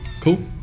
cool